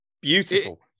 Beautiful